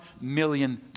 million